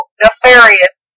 nefarious